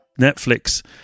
Netflix